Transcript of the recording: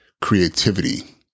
creativity